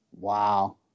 Wow